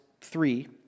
three